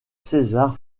césar